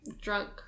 drunk